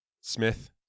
Smith